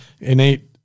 innate